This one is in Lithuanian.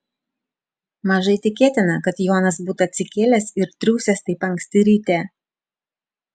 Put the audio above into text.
mažai tikėtina kad jonas būtų atsikėlęs ir triūsęs taip anksti ryte